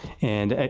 and,